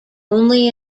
only